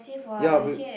ya but